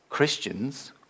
Christians